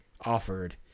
offered